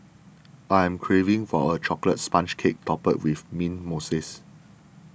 I am craving for a Chocolate Sponge Cake Topped with Mint Mousse